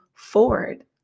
Forward